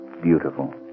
beautiful